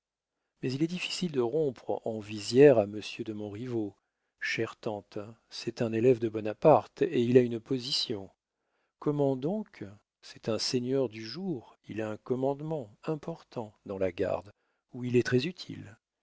mais il est difficile de rompre en visière à monsieur de montriveau chère tante c'est un élève de bonaparte et il a une position comment donc c'est un seigneur du jour il a un commandement important dans la garde où il est très-utile il